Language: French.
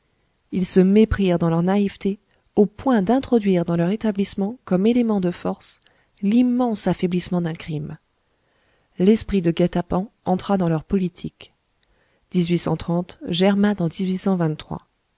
ils se méprirent dans leur naïveté au point d'introduire dans leur établissement comme élément de force l'immense affaiblissement d'un crime l'esprit de guet-apens entra dans leur politique germa dans